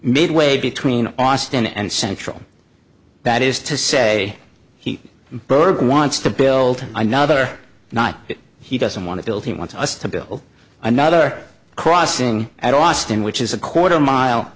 midway between austin and central that is to say he berg wants to build another night that he doesn't want to build he wants us to build another crossing at austin which is a quarter mile